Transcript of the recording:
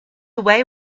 away